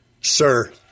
Sir